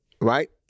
right